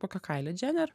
kokia kaili džener